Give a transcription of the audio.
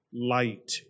light